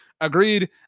agreed